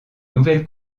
nouvelle